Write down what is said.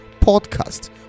podcast